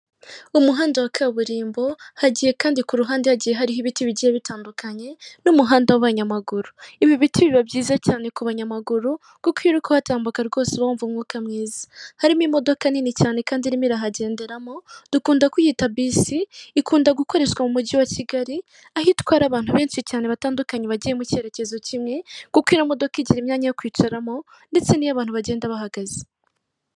Umuhanda wa kaburimbo hagiye kandi ku ruhande hagiye hariho ibiti bigiye bitandukanye n'umuhanda w'abanyamaguru, ibi biti biba byiza cyane ku banyamaguru kuko iriruka batambuka rwose bumva umwuka mwiza, harimo imodoka nini cyane kandi irimo irahagenderamo dukunda kwiyita bisi ikunda gukoreshwa mu mujyi wa kigali aho itwara abantu benshi cyane batandukanye bagiye mu cyerekezo kimwe kuko iyo modoka igira imyanya yo kwicaramo ndetse n'iyo abantu bagenda bahagaze.